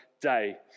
day